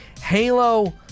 Halo